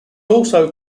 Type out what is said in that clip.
also